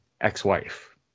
ex-wife